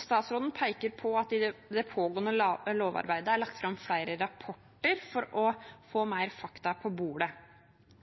Statsråden peker på at det i det pågående lovarbeidet er lagt fram flere rapporter for å få mer fakta på bordet,